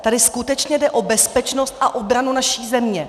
Tady skutečně jde o bezpečnost a obranu naší země!